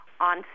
on